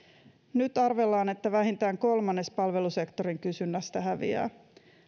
nyt arvellaan että vähintään kolmannes palvelusektorin kysynnästä häviää